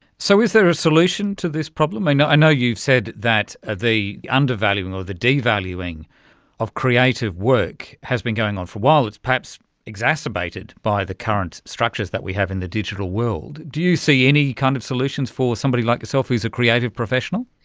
so is there a solution to this problem? i know i know you've said that the the undervaluing or the devaluing of creative work has been going on for a while, it is perhaps exacerbated by the current structures that we have in the digital world. do you see any kind of solutions for somebody like yourself who is a creative professional?